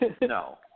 No